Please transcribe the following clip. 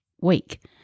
week